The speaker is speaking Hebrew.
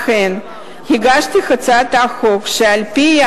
לכן הגשתי את הצעת החוק, שעל-פיה